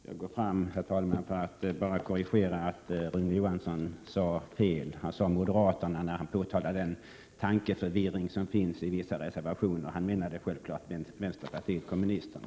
Herr talman! Jag begärde ordet bara för att korrigera Rune Johansson. Han sade moderaterna när han påtalade den tankeförvirring som finns i vissa reservationer. Han syftade naturligtvis på vänsterpartiet kommunisterna.